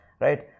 right